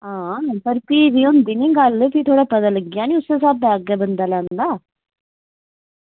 हां पर फ्ही बी होंदी नी गल्ल कि थोह्ड़ा पता लग्गी जा ना उस्सै स्हाबै दा अग्गै बंदा लैंदा